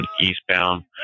eastbound